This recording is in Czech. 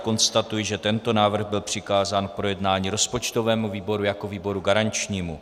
Konstatuji, že tento návrh byl přikázán k projednání rozpočtovému výboru jako výboru garančnímu.